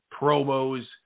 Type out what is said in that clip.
promos